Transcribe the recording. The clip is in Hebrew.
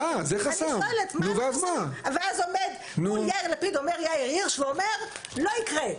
ואז אני שואלת האם מול יאיר לפיד עומד יאיר הירש ואומר "לא יקרה".